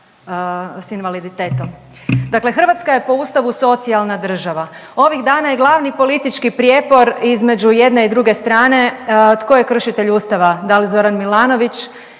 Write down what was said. s invaliditetom. Dakle, Hrvatska je po Ustavu socijalna država, ovih dana je glavni politički prijepor između jedne i druge strane tko je kršitelj Ustava, da li Zoran Milanović